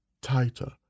tighter